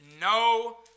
No